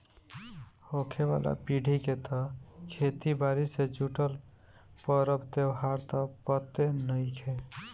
होखे वाला पीढ़ी के त खेती बारी से जुटल परब त्योहार त पते नएखे